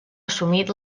assumit